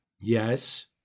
Yes